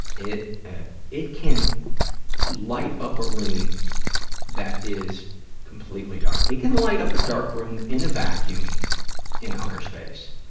it ah it can light up a room that is completely dark. it can light up a dark room in a vacuum in outer space.